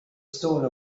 stole